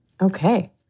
Okay